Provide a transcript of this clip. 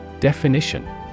Definition